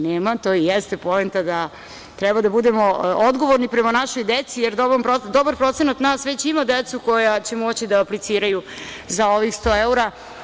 Nema i to jeste poenta, da treba da budemo odgovorni prema našoj deci, jer dobar procenat nas već ima decu koja će moći da apliciraju za ovih sto evra.